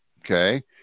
okay